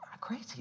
crazy